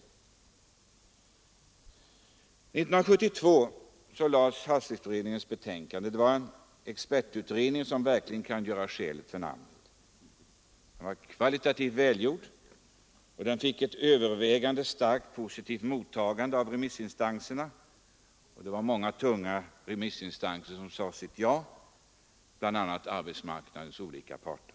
1972 avgav havsresursutredningen sitt betänkande. Det var en expertutredning, som verkligen gjorde skäl för namnet. Betänkandet var kvalitativt välgjort. Det fick till övervägande del ett starkt positivt mottagande av remissinstanserna. Många tunga remissinstanser sade sitt ja, bl.a. arbetsmarknadens olika parter.